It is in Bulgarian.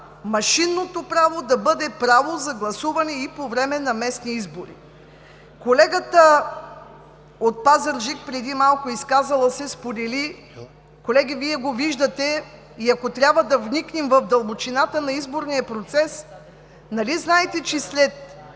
машинното право да бъде право за гласуване и по време на местни избори. Колегата от Пазарджик, преди малко изказала се, сподели – колеги, Вие го виждате, и ако трябва да вникнем в дълбочината на изборния процес, нали знаете, че след